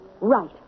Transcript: Right